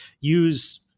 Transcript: use